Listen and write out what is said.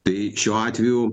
tai šiuo atveju